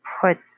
put